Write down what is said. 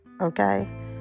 Okay